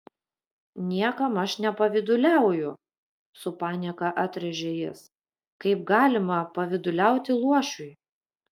niekam aš nepavyduliauju su panieka atrėžė jis kaip galima pavyduliauti luošiui